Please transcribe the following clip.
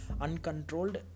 uncontrolled